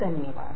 धन्यवाद